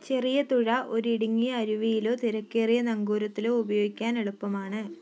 ചെറിയ തുഴ ഒരു ഇടുങ്ങിയ അരുവിയിലോ തിരക്കേറിയ നങ്കൂരത്തിലോ ഉപയോഗിക്കാൻ എളുപ്പമാണ്